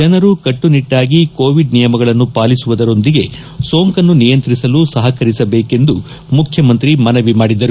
ಜನರು ಕಟ್ಟುನಿಟ್ನಾಗಿ ಕೋವಿಡ್ ನಿಯಮಗಳನ್ನು ಪಾಲಿಸುವುದರೊಂದಿಗೆ ಸೋಂಕನ್ನು ನಿಯಂತ್ರಿಸಲು ಸಪಕರಿಸಬೇಕೆಂದು ಮುಖ್ಯಮಂತ್ರಿ ಮನವಿ ಮಾಡಿದರು